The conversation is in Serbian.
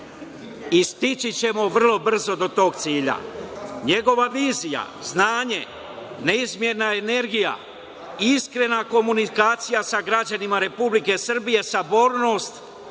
Stići ćemo vrlo brzo do tog cilja. NJegova vizija, znanje, neizmerna energija, iskrena komunikacija sa građanima Republike Srbije, sabornost